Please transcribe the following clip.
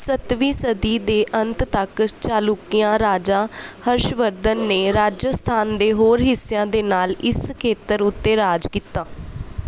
ਸੱਤਵੀਂ ਸਦੀ ਦੇ ਅੰਤ ਤੱਕ ਚਾਲੁਕਿਆ ਰਾਜਾ ਹਰਸ਼ਵਰਧਨ ਨੇ ਰਾਜਸਥਾਨ ਦੇ ਹੋਰ ਹਿੱਸਿਆਂ ਦੇ ਨਾਲ ਇਸ ਖੇਤਰ ਉੱਤੇ ਰਾਜ ਕੀਤਾ